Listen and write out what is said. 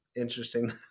interesting